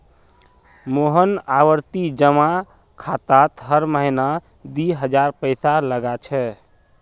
मोहन आवर्ती जमा खातात हर महीना दी हजार पैसा लगा छे